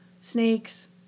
snakes